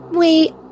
Wait